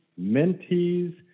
mentees